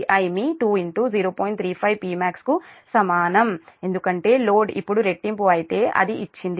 35 Pmax కు సమానం ఎందుకంటే లోడ్ ఇప్పుడు రెట్టింపు అయితే అది ఇచ్చింది